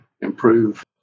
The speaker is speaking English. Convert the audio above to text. improve